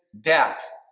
death